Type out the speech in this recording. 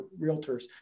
Realtors